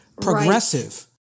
progressive